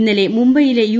ഇന്നലെ മുംബൈയില്ലെ യു